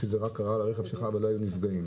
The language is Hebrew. כשקרה רק לרכב שלך ולא היו נפגעים.